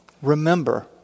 Remember